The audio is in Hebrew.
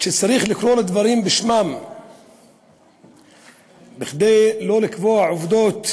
צריך לקרוא לדברים בשמם בכדי לא לקבוע עובדות